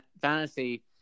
fantasy